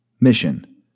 Mission